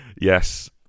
Yes